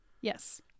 Yes